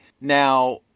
Now